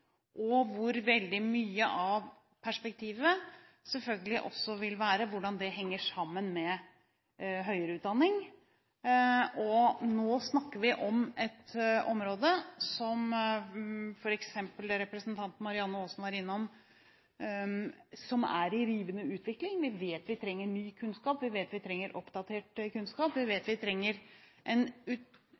veldig mye av perspektivet vil være hvordan dette henger sammen med høyere utdanning. Nå snakker vi om et område, som f.eks. representanten Marianne Aasen var innom, som er i rivende utvikling. Vi vet vi trenger ny kunnskap, vi vet vi trenger oppdatert kunnskap, og vi vet vi trenger en